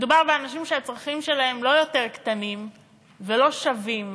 מדובר באנשים שהצרכים שלהם לא יותר קטנים ולא שווים